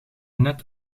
net